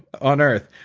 on earth,